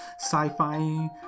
sci-fi